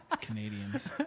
Canadians